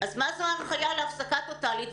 אז מה זו ההנחייה להפסקה טוטלית?